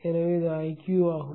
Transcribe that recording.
எனவே இது Iq ஆகும்